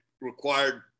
required